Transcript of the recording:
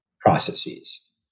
processes